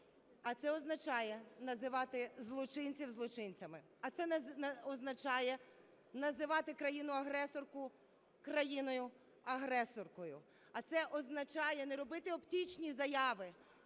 А це означає називати злочинців злочинцями. А це означає називати країну-агресорку країною-агресоркою. А це означає не робити оптічні заяви,